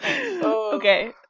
Okay